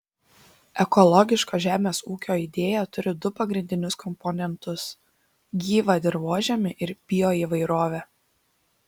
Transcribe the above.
ekologiško žemės ūkio idėja turi du pagrindinius komponentus gyvą dirvožemį ir bioįvairovę